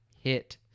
hit